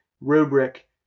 rubric